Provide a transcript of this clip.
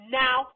now